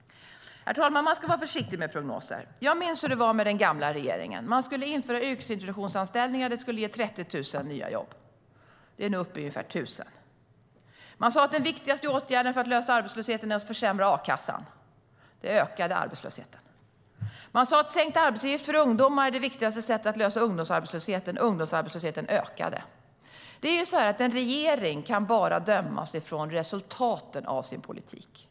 Herr talman! Vi ska vara försiktiga med prognoser. Jag minns hur det var med den gamla regeringen. Man införde yrkesintroduktionsanställningar som skulle ge 30 000 nya jobb. De är nu uppe i ungefär 1 000. Man sa att den viktigaste åtgärden för att lösa arbetslösheten var att försämra a-kassan. Det ökade arbetslösheten. Man sa att sänkt arbetsgivaravgift för ungdomar var det viktigaste sättet att lösa ungdomsarbetslösheten. Ungdomsarbetslösheten ökade. En regering kan bara dömas utifrån resultaten av sin politik.